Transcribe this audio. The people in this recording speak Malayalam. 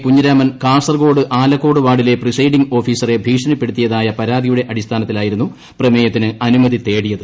കുഞ്ഞിരാമൻ കാസർകോട് ആലക്കോട് വാർഡിലെ പ്രിസൈഡിംഗ് ഓഫീസറെ ഭീഷണിപ്പെടുത്തിയതായ പരാതിയുടെ അടിസ്ഥാനത്തിലായിരുന്നു പ്രമേയത്തിന് അനുമതി തേടിയത്